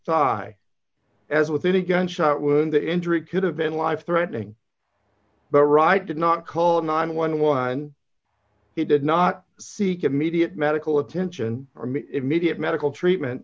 side as with any gunshot wound the injury could have been life threatening but right did not call nine hundred and eleven he did not seek immediate medical attention or immediate medical treatment